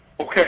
Okay